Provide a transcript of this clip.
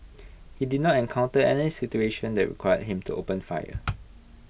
he did not encounter any situation that required him to open fire